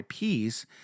IPs